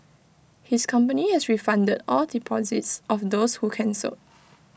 his company has refunded all deposits of those who cancelled